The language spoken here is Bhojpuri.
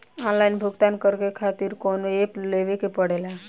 आनलाइन भुगतान करके के खातिर कौनो ऐप लेवेके पड़ेला?